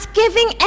giving